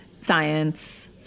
science